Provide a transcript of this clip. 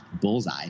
bullseye